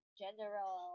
general